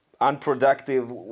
unproductive